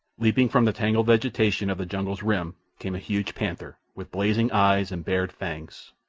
leaping from the tangled vegetation of the jungle's rim came a huge panther, with blazing eyes and bared fangs,